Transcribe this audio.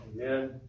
Amen